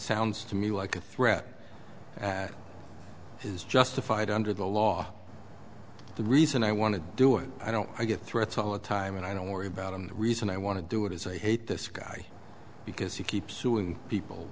sounds to me like a threat and is justified under the law the reason i want to do it i don't i get threats all the time and i don't worry about a reason i want to do it as a hate this guy because you keep suing people